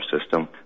system